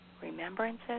remembrances